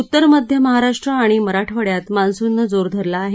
उत्तम मध्य महाराष्ट्र आणि मराठवाड्यात मान्सूननं जोर धरला आहे